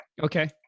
Okay